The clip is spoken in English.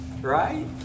right